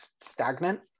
stagnant